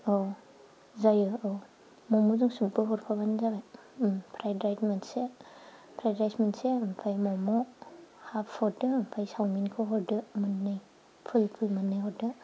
औ जायो औ मम'जों सुपबो हरफाबानो जाबाय फ्राइद राइस मोनसे फ्राइ राइस मोनसे ओमफ्राय मम' हाब हरदो ओमफ्राय सावमिनखौ हरदो मोननै फुल फुल मोननै हरदो